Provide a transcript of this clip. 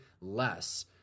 less